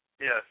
yes